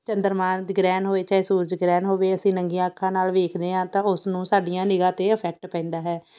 ਚੰਦਰਮਾ ਗ੍ਰਹਿਣ ਹੋਵੇ ਚਾਹੇ ਸੂਰਜ ਗ੍ਰਹਿਣ ਹੋਵੇ ਅਸੀਂ ਨੰਗੀਆਂ ਅੱਖਾਂ ਨਾਲ਼ ਵੇਖਦੇ ਹਾਂ ਤਾਂ ਉਸ ਨੂੰ ਸਾਡੀਆਂ ਨਿਗ੍ਹਾ 'ਤੇ ਈਫੈਕਟ ਪੈਂਦਾ ਹੈ